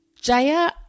Jaya